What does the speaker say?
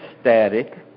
static